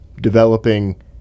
developing